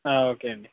ఆ ఓకే అండి